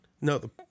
No